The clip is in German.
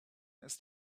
ist